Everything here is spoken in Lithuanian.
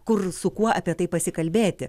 kur su kuo apie tai pasikalbėti